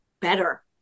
better